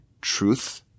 truth